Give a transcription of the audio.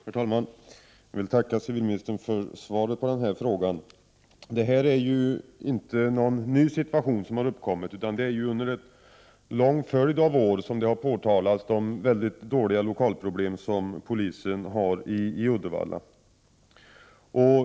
Herr talman! Jag vill tacka civilministern för svaret på min fråga. Det här är ju inte någon ny situation som uppkommit, utan de väldigt dåliga lokalerna för polisen i Uddevalla har påtalats under en följd av år.